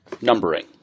Numbering